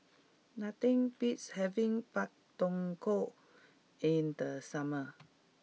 nothing beats having Pak Thong Ko in the summer